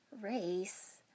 Race